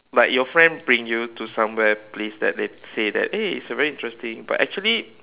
like your friend bring you to somewhere place that they say that eh it's a very interesting but actually